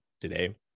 today